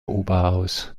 oberhaus